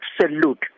absolute